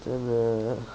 and uh